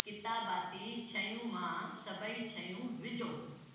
किताबाती शयूं मां सभई शयूं विझो